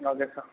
okay sir